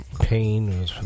pain